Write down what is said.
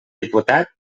diputat